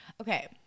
Okay